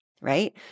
right